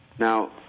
Now